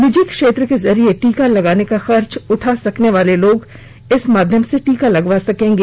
निजी क्षेत्र के जरिए टीका लगाने का खर्च उठा सकने वाले लोग इस माध्यम से टीका लगवा सकेंगे